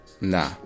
Nah